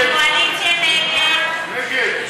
ההסתייגות (71) של קבוצת